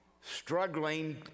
struggling